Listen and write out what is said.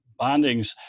bondings